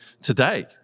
today